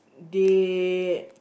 they